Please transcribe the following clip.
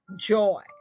joy